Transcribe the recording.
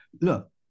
look